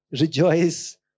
Rejoice